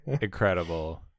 Incredible